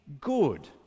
good